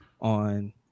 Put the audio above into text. on